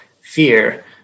fear